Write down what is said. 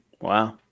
Wow